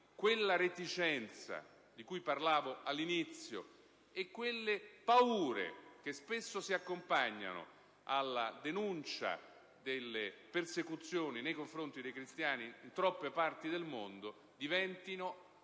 quella reticenza di cui parlavo all'inizio e quelle paure che spesso si accompagnano alla denuncia delle persecuzioni nei confronti dei cristiani in troppe parti del mondo diventino